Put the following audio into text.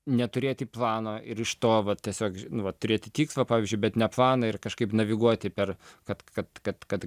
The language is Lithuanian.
neturėti plano ir iš to vat tiesiog nu vat turėti tikslą pavyzdžiui bet ne planą ir kažkaip naviguoti per kad kad kad kad